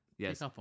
yes